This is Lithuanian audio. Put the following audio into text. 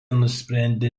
nusprendė